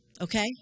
Okay